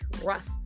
trust